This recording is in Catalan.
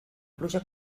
pluja